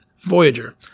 Voyager